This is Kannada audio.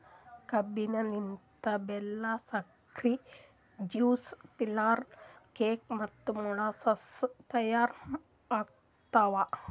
ಕಬ್ಬಿನ ಲಿಂತ್ ಬೆಲ್ಲಾ, ಸಕ್ರಿ, ಜ್ಯೂಸ್, ಫಿಲ್ಟರ್ ಕೇಕ್ ಮತ್ತ ಮೊಳಸಸ್ ತೈಯಾರ್ ಆತವ್